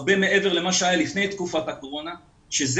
הרבה מעבר למה שהיה לפני תקופת הקורונה וזה